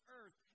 earth